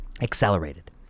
Accelerated